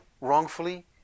wrongfully